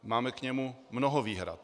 Máme k němu mnoho výhrad.